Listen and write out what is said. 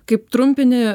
kaip trumpinį